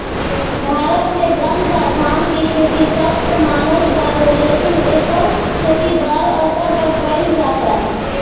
भारत मे गांजा, भांग के खेती सख्त मना बावे लेकिन एकर खेती बड़ स्तर पर कइल जाता